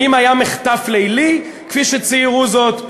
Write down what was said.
האם היה מחטף לילי, כפי שציירו זאת?